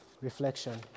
reflection